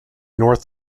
north